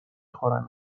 خورنت